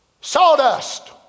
Sawdust